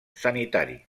sanitari